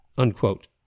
unquote